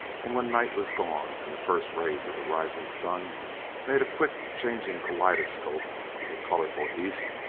and, when night was gone, and the first rays of the rising sun made a quickly changing kaleidoscope of the colorful east,